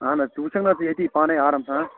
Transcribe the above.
اَہَن حظ سُہ وُچھَکھ نا ژٕ ییٚتی پانٕے آرام سان